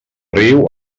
riu